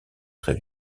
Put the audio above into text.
très